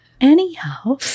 Anyhow